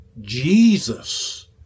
Jesus